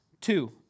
Two